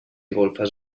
golfes